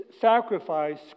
sacrifice